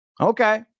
Okay